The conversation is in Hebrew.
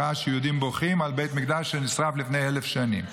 וראה שיהודים בוכים על בית המקדש שנשרף לפני 1,000 שנים.